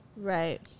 Right